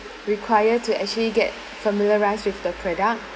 require to actually get familiarise with the product